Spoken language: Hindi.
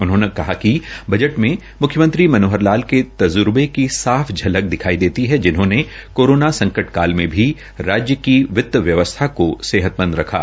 उन्होंने कहा कि बजट में मुख्यमंत्री मनोहर लाल के त्जुर्बे की साफ झलक दिखाई देती है जिन्होंने कोरोना संकटकाल में भी राज्य की वित व्यवस्था को सेहतमंद रखा